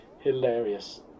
hilarious